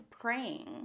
praying